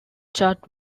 chart